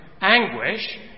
anguish